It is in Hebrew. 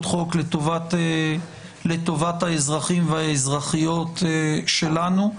חוק לטובת האזרחים והאזרחיות שלנו.